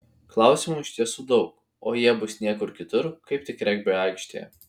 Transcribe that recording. klausimų iš tiesų daug o jie bus niekur kitur kaip tik regbio aikštėje